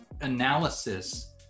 analysis